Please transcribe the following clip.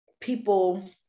people